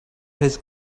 his